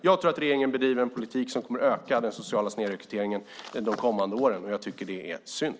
Jag tror att regeringen bedriver en politik som kommer att öka den sociala snedrekryteringen under de kommande åren, och jag tycker att det är synd.